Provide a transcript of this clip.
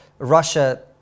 russia